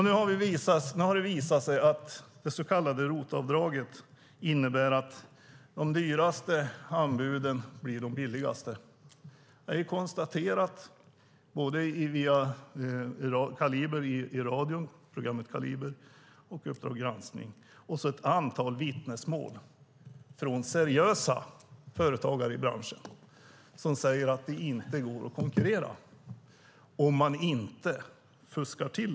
Nu har det visat sig att ROT-avdraget innebär att de dyraste anbuden blir de billigaste. Det har konstaterats både i radioprogrammet Kaliber och i tv-programmet Uppdrag granskning . Det finns också ett antal vittnesmål från seriösa företagare i branschen som säger att det inte går att konkurrera om man inte fuskar.